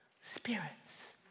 spirits